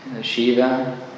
Shiva